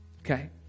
Okay